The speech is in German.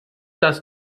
das